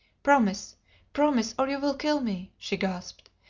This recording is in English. promise promise or you will kill me! she gasped.